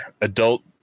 adult